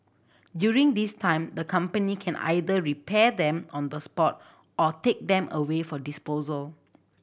during this time the company can either repair them on the spot or take them away for disposal